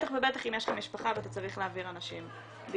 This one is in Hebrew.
בטח ובטח אם יש לך משפחה ואתה צריך להעביר אנשים דירות.